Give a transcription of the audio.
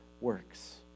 works